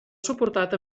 suportat